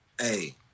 Hey